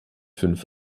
fünf